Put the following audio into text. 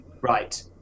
Right